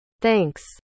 Thanks